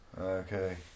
Okay